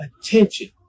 attention